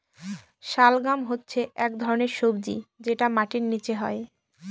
শালগাম হচ্ছে এক ধরনের সবজি যেটা মাটির নীচে হয়